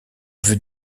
vue